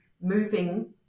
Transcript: moving